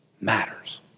matters